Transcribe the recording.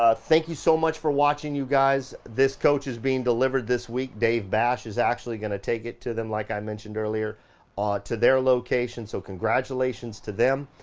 ah thank you so much for watching, you guys. this coach is being delivered this week. dave bash is actually gonna take it to them like i mentioned earlier ah to their location, so congratulations to them.